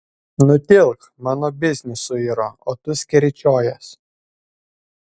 nutilk mano biznis suiro o tu skeryčiojies